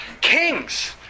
kings